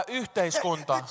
yhteiskunta